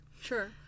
Sure